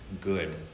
good